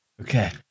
Okay